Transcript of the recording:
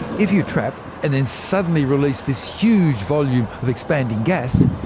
if you trap and then suddenly release this huge volume of expanding gas,